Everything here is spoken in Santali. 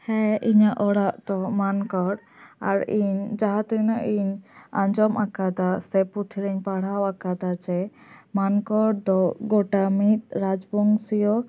ᱦᱮᱸ ᱤᱧᱟᱹᱜ ᱚᱲᱟᱜ ᱫᱚ ᱢᱟᱱᱠᱚᱲ ᱟᱨ ᱤᱧ ᱡᱟᱦᱟᱸ ᱛᱤᱱᱟᱹᱜ ᱤᱧ ᱟᱡᱚᱢ ᱟᱠᱟᱫᱟ ᱥᱮ ᱯᱩᱛᱷᱤ ᱨᱮᱧ ᱯᱟᱲᱦᱟᱣ ᱟᱠᱟᱫᱟ ᱡᱮ ᱢᱟᱱᱠᱚᱲ ᱫᱚ ᱜᱚᱴᱟ ᱢᱤᱫ ᱨᱟᱡᱽᱵᱚᱝᱥᱤᱭᱳ